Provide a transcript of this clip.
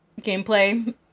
gameplay